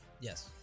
Yes